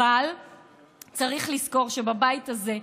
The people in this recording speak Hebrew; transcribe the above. אבל צריך לזכור שבבית הזה,